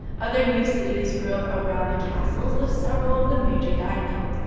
other new cities grew up around the castles of several of the major daimyo,